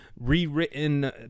rewritten